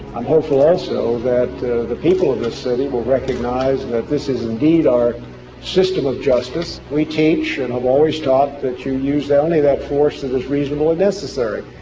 i'm hopeful also that the people of this city will recognize that this is indeed our system of justice. we teach and have always taught that you use only that force that is reasonable and necessary.